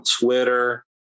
Twitter